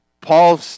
Paul